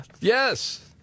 Yes